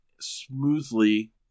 smoothly